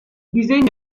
disegno